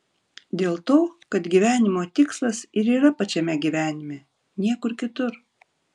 dėl to kad gyvenimo tikslas ir yra pačiame gyvenime niekur kitur